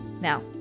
Now